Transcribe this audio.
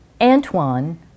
Antoine